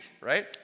right